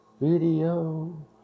Video